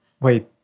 wait